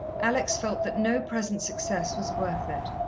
alex felt that no present success was worth it,